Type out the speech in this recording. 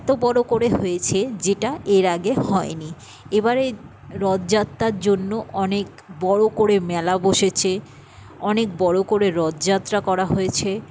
এত বড় করে হয়েছে যেটা এর আগে হয়নি এবারে রথযাত্রার জন্য অনেক বড় করে মেলা বসেছে অনেক বড় করে রথযাত্রা করা হয়েছে